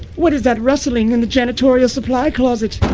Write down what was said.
what is that wrestling in the janitorial supply closet?